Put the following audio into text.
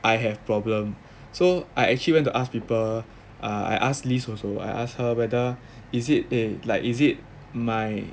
I have problem so I actually went to ask people I asked liz also I asked her whether is it eh like is it my